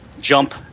jump